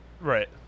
Right